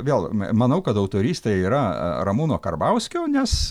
vėl manau kad autorystė yra ramūno karbauskio nes